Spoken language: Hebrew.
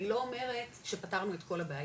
אני לא אומרת שפתרנו את כל הבעיות,